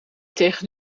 tegen